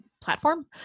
platform